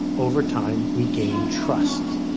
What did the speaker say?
over time we gain trust.